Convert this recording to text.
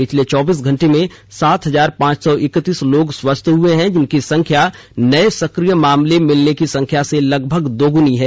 पिछले चौबीस घंटों में सात हजार पांच सौ एकतिस लोग स्वस्थ हुए हैं जिसकी संख्या नये सक्रिय मामले मिलने की संख्या से लगभग दोगुनी है